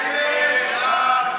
דב חנין,